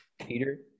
peter